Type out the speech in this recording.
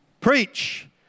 preach